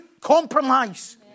compromise